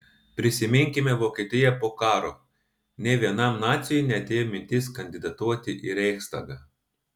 prisiminkime vokietiją po karo nė vienam naciui neatėjo mintis kandidatuoti į reichstagą